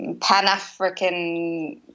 Pan-African